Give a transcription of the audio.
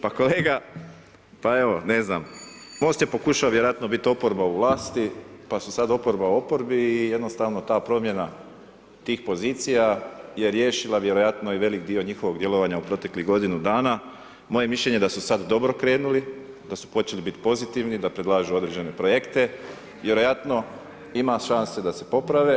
Pa kolega pa evo ne znam Most je pokušao vjerojatno biti oporba u vlasti pa su sada oporba u oporbi i jednostavno ta promjena tih pozicija je riješila vjerojatno i velik dio njihovog djelovanja u proteklih godinu dana. moje je mišljenje da su sada dobro krenuli, da su počeli biti pozitivni da predlažu određene projekte, vjerojatno ima šanse da se poprave.